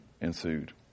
ensued